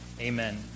Amen